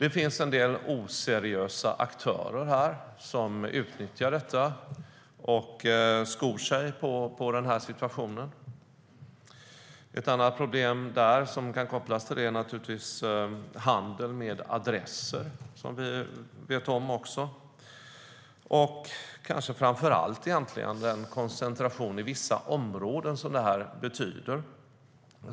Det finns en del oseriösa aktörer som utnyttjar detta och skor sig på situationen. Ett annat problem som kan kopplas till detta är naturligtvis handeln med adresser, som vi ju också vet om. Framför allt är det problematiskt med den stora koncentration i vissa områden som det här betyder.